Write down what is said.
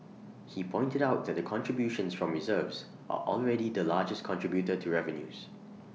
he pointed out that contributions from reserves are already the largest contributor to revenues